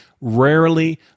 rarely